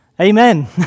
Amen